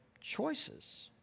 choices